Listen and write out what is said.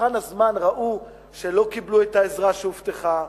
במבחן הזמן ראו שלא קיבלו את העזרה שהובטחה,